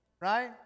right